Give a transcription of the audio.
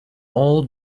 all